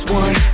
one